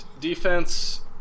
Defense